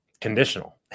conditional